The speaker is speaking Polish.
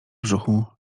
brzuchu